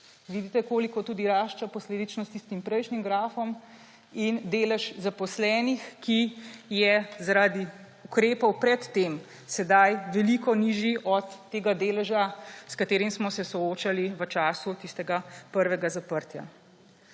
vidite, koliko tudi narašča posledično s tistim prejšnjim grafom, in delež zaposlenih, ki je zaradi ukrepov pred tem sedaj veliko nižji od tega deleža, s katerim smo se soočali v času tistega prvega zaprtja.